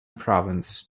province